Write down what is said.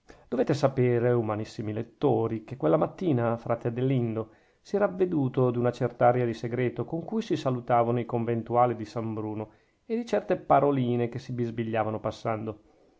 dovete sapere umanissimi lettori che quella mattina frate adelindo si era avveduto d'una cert'aria di segreto con cui si salutavano i conventuali di san bruno e di certe paroline che si bisbigliavano passando